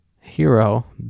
Hero